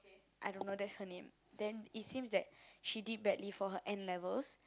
I don't know that's her name it seems that she did badly for her N-levels